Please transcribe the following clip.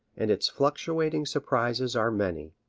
and its fluctuating surprises are many.